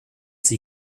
sie